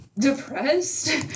depressed